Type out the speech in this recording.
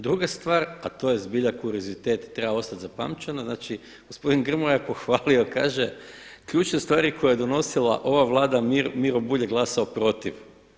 Druga stvar, a to je zbilja kurizitet treba ostati zapamćeno, znači gospodin Grmoja je pohvalio, kaže: „Ključne stvari koje je donosila ova Vlada Miro Bulj je glasao protiv“